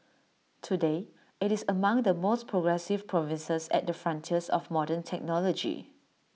today IT is among the most progressive provinces at the frontiers of modern technology